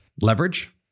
Leverage